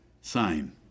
Sign